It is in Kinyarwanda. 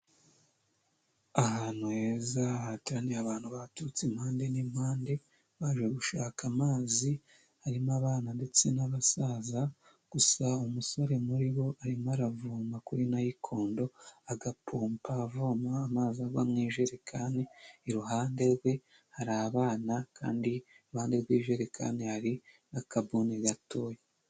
Ahantu heza hateraniye abantu baturutse impande n'impande baje gushaka amazi harimo abana ndetse n'abasaza, gusa umusore muri bo arimo aravoma kuri nayikondo agapompa avoma amazi agwa mu ijerekani, iruhande rwe hari abana kandi iruhande rw'ijerekani n'akabuni gatoya.